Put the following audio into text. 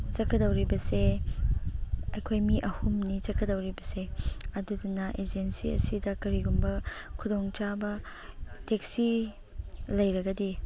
ꯆꯠꯀꯗꯧꯔꯤꯕꯁꯦ ꯑꯩꯈꯣꯏ ꯃꯤ ꯑꯍꯨꯝꯅꯤ ꯆꯠꯀꯗꯧꯔꯤꯕꯁꯦ ꯑꯗꯨꯗꯨꯅ ꯑꯦꯖꯦꯟꯁꯤ ꯑꯁꯤꯗ ꯀꯔꯤꯒꯨꯝꯕ ꯈꯨꯗꯣꯡꯆꯥꯕ ꯇꯦꯛꯁꯤ ꯂꯩꯔꯒꯗꯤ